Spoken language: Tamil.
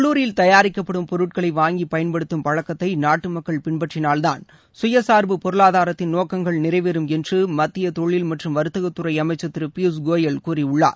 உள்ளூரில் தயாரிக்கப்படும் பொருட்களை வாங்கி பயன்படுத்தும் பழக்கத்தை நாட்டு மக்கள் பின்பற்றினால்தான் சுயசார்பு பொருளாதாரத்தின் நோக்கங்கள் நிறைவேறும் என்று மத்திய தொழில் மற்றும் வர்த்தகத்துறை அமைச்சர் திரு பியூஷ் கோயல் கூறியுள்ளார்